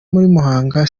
muhanga